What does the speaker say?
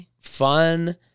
fun